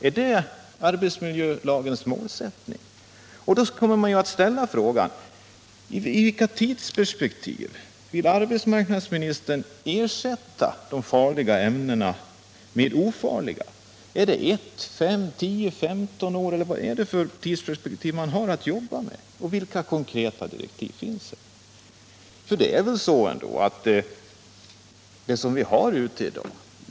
Är det arbetsmiljölagens målsättning att bara skapa mindre farliga arbetsplatser? När vill arbetsmarknadsministern ersätta de farliga ämnena med ofarliga? Är det om ett år? Eller är det om fem eller tio eller femton år? Vilket tidsperspektiv jobbar man med och vilka konkreta direktiv finns det?